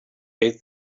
eight